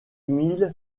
mille